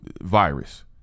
virus